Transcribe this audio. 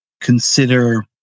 consider